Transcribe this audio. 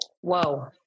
Whoa